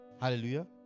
Hallelujah